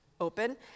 open